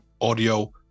audio